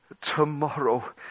tomorrow